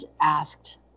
asked